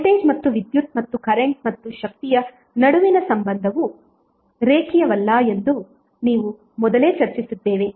voltage ಮತ್ತು ವಿದ್ಯುತ್ ಮತ್ತು ಕರೆಂಟ್ ಮತ್ತು ಶಕ್ತಿಯ ನಡುವಿನ ಸಂಬಂಧವು ರೇಖೀಯವಲ್ಲ ಎಂದು ನಾವು ಮೊದಲೇ ಚರ್ಚಿಸಿದ್ದೇವೆ